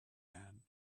man